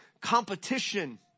competition